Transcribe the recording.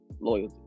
loyalty